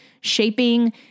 shaping